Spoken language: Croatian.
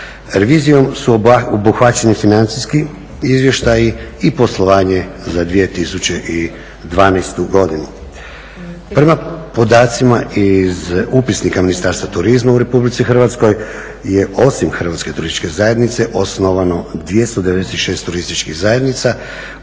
Revizijom su obuhvaćeni financijski izvještaji i poslovanje za 2012. godinu. Prema podacima iz Upisnika Ministarstva turizma u Republici Hrvatskoj je osim Hrvatske turističke zajednice osnovano 296 turističkih zajednica,